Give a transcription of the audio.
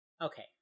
Okay